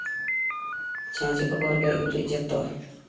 ᱪᱷᱚᱸᱪ ᱜᱚᱵᱚᱨ ᱜᱮᱡ ᱜᱩᱨᱤᱡ ᱡᱚᱛᱚ